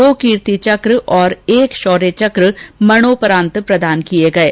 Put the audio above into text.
दो कीर्ति चक्र और एक शौर्य चक्र मरणोपरांत प्रदान किये गये